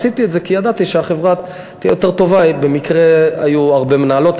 עשיתי את זה כי ידעתי שהחברה תהיה יותר טובה אם במקרה יהיו הרבה מנהלות.